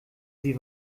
sie